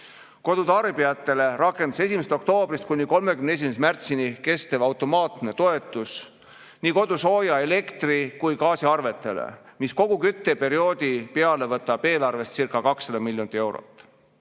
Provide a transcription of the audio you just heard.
Kodutarbijatele rakendus 1. oktoobrist kuni 31. märtsini kestev automaatne toetus kodusooja-, elektri- ja gaasiarvete eest, mis kogu kütteperioodi peale võtab eelarvestcirca200 miljonit eurot.